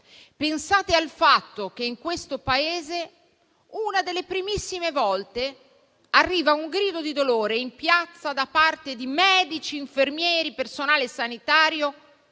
pensate al fatto che in questo Paese è una delle primissime volte che arriva un grido di dolore in piazza da parte di medici, infermieri e personale sanitario,